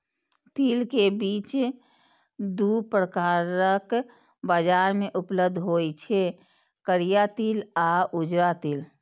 तिल के बीज दू प्रकारक बाजार मे उपलब्ध होइ छै, करिया तिल आ उजरा तिल